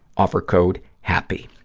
offer code happy.